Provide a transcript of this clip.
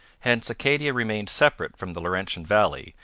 hence acadia remained separate from the laurentian valley,